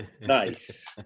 Nice